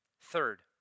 Third